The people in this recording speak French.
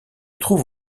trouve